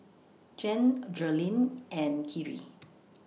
Jan Jerilynn and Khiry